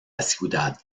ciudad